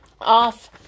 off